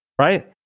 Right